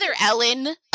Ellen